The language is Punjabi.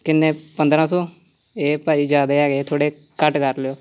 ਕਿੰਨੇ ਪੰਦਰਾਂ ਸੌ ਇਹ ਭਾਅ ਜੀ ਜ਼ਿਆਦਾ ਹੈਗੇ ਥੋੜ੍ਹੇ ਘੱਟ ਕਰ ਲਿਓ